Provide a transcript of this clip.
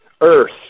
earth